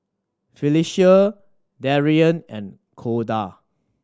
Felecia Darian and Corda